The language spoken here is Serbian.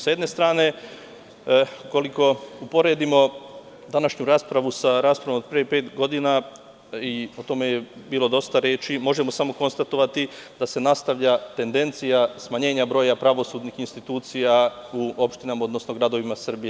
S jedne strane, ukoliko uporedimo današnju raspravu sa raspravom od pre pet godina, o tome je bilo dosta reči, možemo samo konstatovati da se nastavlja tendencija smanjenja broja pravosudnih institucija u opštinama, odnosno u gradovima Srbije.